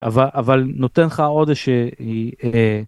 אבל אבל נותן לך עוד איזה שהיא.